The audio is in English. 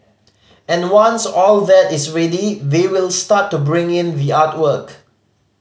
and once all that is ready they will start to bring in the artwork